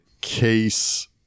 case